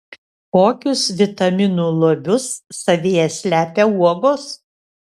kokius vitaminų lobius savyje slepia uogos